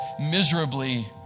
miserably